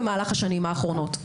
במהלך השנים האחרונות.